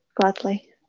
gladly